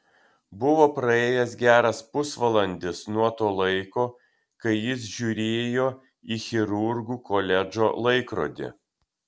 buvo praėjęs geras pusvalandis nuo to laiko kai jis žiūrėjo į chirurgų koledžo laikrodį